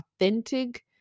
authentic